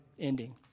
ending